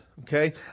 Okay